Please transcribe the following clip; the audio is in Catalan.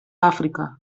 àfrica